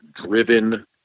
driven